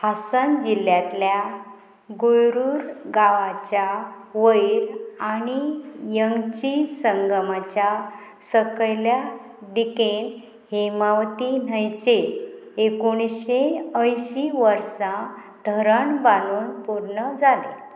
हासन जिल्ल्यांतल्या गुरुर गांवाच्या वयर आणी यंगची संघमाच्या सकयल्या दिकेन हेमावती न्हंयचे एकोणशे अंयशीं वर्सां धरण बांदून पूर्ण जालें